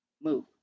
Move